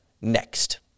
next